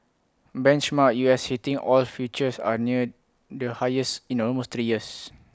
benchmark U S heating oil futures are near the highest in almost three years